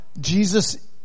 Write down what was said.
Jesus